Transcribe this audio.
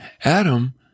Adam